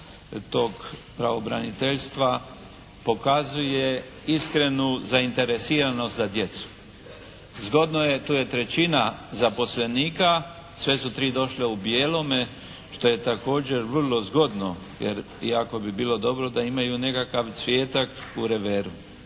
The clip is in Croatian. tog pravobraniteljstva pokazuje iskrenu zainteresiranost za djecu. Zgodno je, tu je trećina zaposlenika, sve su tri došle u bijelome što je također vrlo zgodno jer iako bi bilo dobro da imaju nekakav cvijetak u reveru.